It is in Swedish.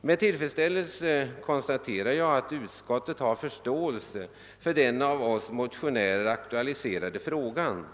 Med tillfredsställelse konstaterar jag att utskottet har förståelse för den av oss motionärer aktualiserade frågan.